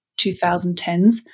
2010s